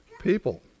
people